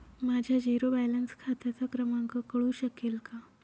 माझ्या zero balance खात्याचा क्रमांक कळू शकेल का?